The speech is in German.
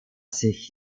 sich